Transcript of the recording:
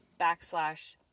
backslash